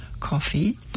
coffee